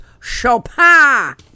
Chopin